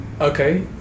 okay